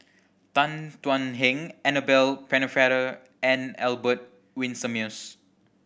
Tan Thuan Heng Annabel Pennefather and Albert Winsemius